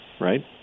right